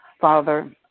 Father